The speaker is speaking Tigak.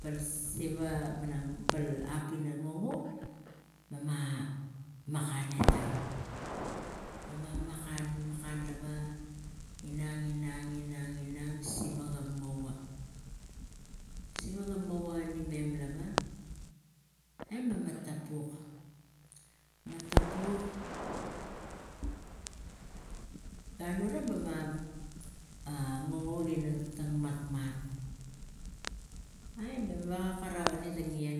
Pal siva malang, hap ina ngoungoul mema makan tang mema makan lava inang, inang, inang, inang e ga mov siva ga mova ani namem lava e mama tapuk, me tapuk gan gura mem a ngoungoul ina matmat e mem gava ko karau eni tang ien